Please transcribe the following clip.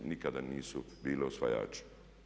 Nikada nisu bili osvajači.